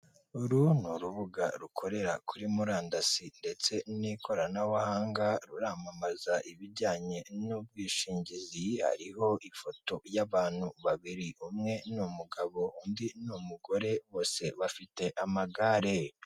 Uru ni urubuga rukorera kuri murandasi ndetse n'ikoranabuhanga, ruramamaza ibijyanye n'ubwishingizi, hariho ifoto y'abantu babiri umwe ni umugabo undi ni umugore, bose bafite amagare.